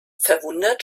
verwundert